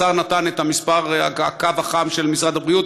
השר נתן את המספר של הקו החם של משרד הבריאות,